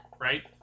Right